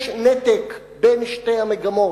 יש נתק בין שתי המגמות,